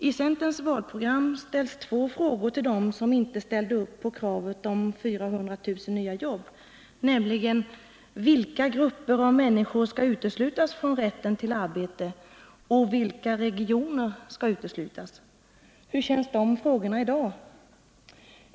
I centerns valprogram ställs två frågor till dem som inte ställde upp på kravet på 400 000 nya jobb, nämligen: Vilka grupper av människor skall uteslutas från rätten till arbete? Vilka regioner skall uteslutas? Hur känns de frågorna i dag?